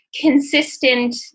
consistent